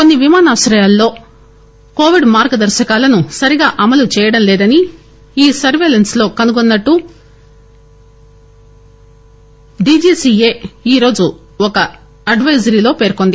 కొన్ని విమానాశ్రయాల్లో కోవిడ్ మార్గదర్భకాలను సరిగా అమలు చేయటం లేదని ఈ సర్వేలెన్స్ లో కనుగోన్నట్లు డిజిసిఏ ఈరోజు ఒక అడ్వెజరీలో పేర్కొంది